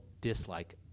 dislike